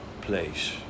place